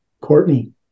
Courtney